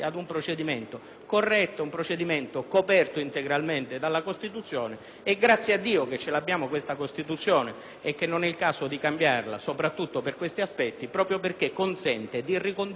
corretto e coperto integralmente dalla Costituzione. E grazie a Dio che ce l'abbiamo questa Costituzione, che non è il caso di cambiare soprattutto su questi aspetti, perché consente di ricondurre nell'ambito